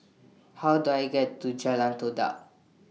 How Do I get to Jalan Todak